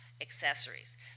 accessories